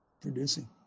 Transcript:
producing